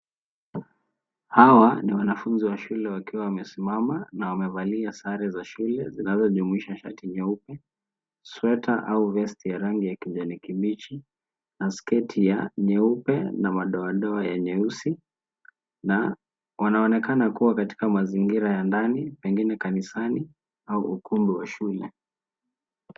Hawa ni wanafunzi wa shule wakiwa wamesimama na wamevalia sare za shule zinazojumuisha shati nyeupe, sweta au (cs)vest(cs) ya rangi ya kijani kibichi na sketi ya nyeupe na madoadoa ya nyeusi na wanaonekana kuwa katika mazingira ya ndani. Pengine kanisani au ukumbi wa shule.